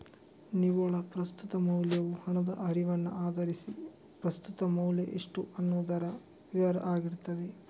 ನಿವ್ವಳ ಪ್ರಸ್ತುತ ಮೌಲ್ಯವು ಹಣದ ಹರಿವನ್ನ ಆಧರಿಸಿ ಪ್ರಸ್ತುತ ಮೌಲ್ಯ ಎಷ್ಟು ಅನ್ನುದರ ವಿವರ ಆಗಿರ್ತದೆ